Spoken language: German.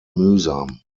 mühsam